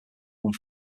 one